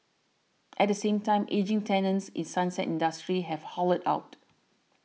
at the same time ageing tenants in sunset industries have hollowed out